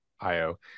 IO